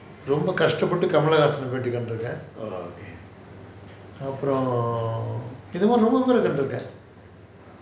ரொம்ப கஷ்டபட்டு:romba kashtapattu kamalahaasan eh பேட்டி கண்டு இருக்கேன் அப்புறம் இத மாரி ரொம்ப பேரை கண்டு இருக்கேன்:paeti kandu irukaan appuram itha maari romba paerai kandu irukaen